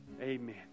Amen